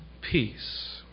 peace